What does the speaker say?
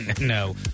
No